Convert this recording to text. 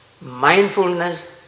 mindfulness